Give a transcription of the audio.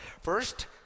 First